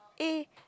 eh